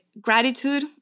gratitude